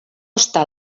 està